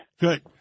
Good